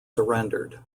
surrendered